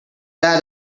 that